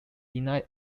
denied